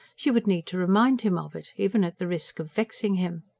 she would need to remind him of it, even at the risk of vexing him.